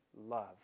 love